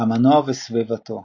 המנוע וסביבתו